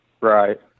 Right